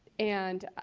and,